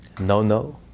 no-no